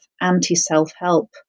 anti-self-help